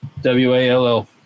W-A-L-L